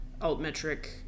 altmetric